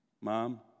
Mom